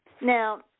Now